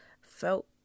felt